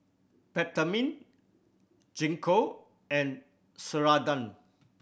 Peptamen Gingko and Ceradan